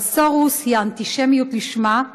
אבל סורוס הוא האנטישמיות לשמה,